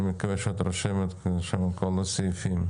אני מקווה שאת רושמת את כל הסעיפים,